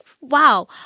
wow